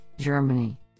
Germany